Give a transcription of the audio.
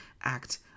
act